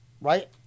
right